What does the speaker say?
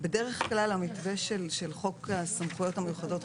שבדרך כלל המתווה של חוק הסמכויות המיוחדות,